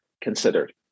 considered